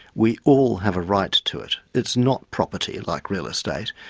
we all have a right to it, it's not property like real estate,